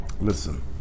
Listen